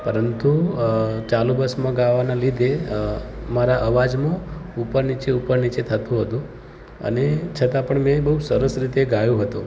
પરંતુ ચાલું બસમાં ગાવાના લીધે મારા અવાજમાં ઉપર નીચે ઉપર નીચે થતો હતો અને છતાં પણ મેં બહુ સરસ રીતે ગાયું હતું